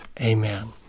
amen